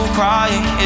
crying